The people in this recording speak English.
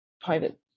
private